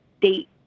date